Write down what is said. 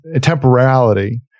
temporality